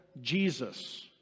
Jesus